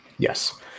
Yes